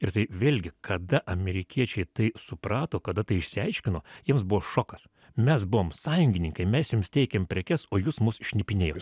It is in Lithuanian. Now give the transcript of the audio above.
ir tai vėlgi kada amerikiečiai tai suprato kada tai išsiaiškino jiems buvo šokas mes buvom sąjungininkai mes jums teikėm prekes o jūs mus šnipinėjus